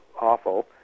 awful